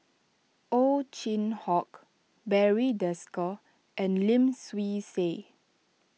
Ow Chin Hock Barry Desker and Lim Swee Say